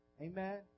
Amen